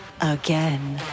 again